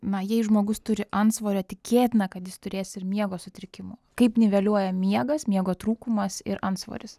na jei žmogus turi antsvorio tikėtina kad jis turės ir miego sutrikimų kaip niveliuoja miegas miego trūkumas ir antsvoris